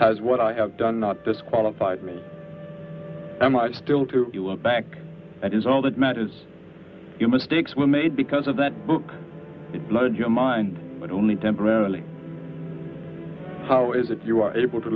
has what i have done not disqualified me am i still to look back at is all that matters you mistakes were made because of that book blood your mind but only temporarily how is it you are able to